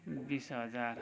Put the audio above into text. बिस हजार